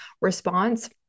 response